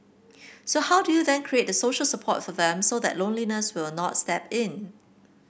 so how do you then create the social support for them so that loneliness will not step in